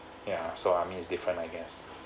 ya so I mean it's different I guess